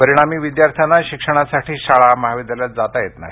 परिणामी विद्यार्थ्यांना शिक्षणासाठी शाळा महाविद्यालयांत जाता येत नाही